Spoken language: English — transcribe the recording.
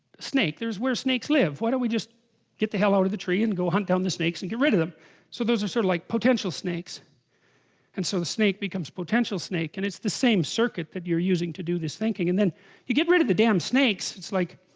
snake there's where snakes live why, don't we just get the hell out the tree and go hunt down the snakes and get rid. of them so those are sort of like potential snakes and so the snake becomes potential snake and it's the same circuit that you're using to do this thinking and then you get rid of the damn snakes it's like